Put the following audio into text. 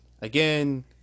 again